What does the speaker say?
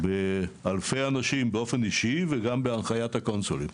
באלפי אנשים באופן אישי וגם בהנחיית הקונסולית,